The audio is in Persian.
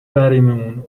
بریمون